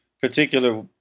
particular